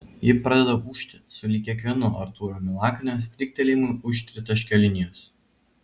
ji pradeda ūžti sulig kiekvienu artūro milaknio striktelėjimu už tritaškio linijos